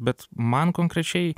bet man konkrečiai